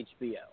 HBO